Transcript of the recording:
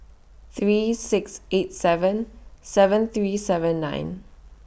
three six eight seven seven three seven nine